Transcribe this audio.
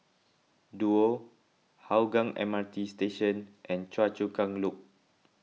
Duo Hougang M R T Station and Choa Chu Kang Loop